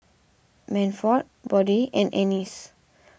Manford Bode and Anice